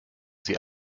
sie